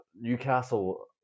Newcastle